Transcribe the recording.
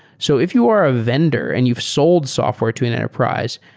so if you are a vendor and you've sold software to an enterprise,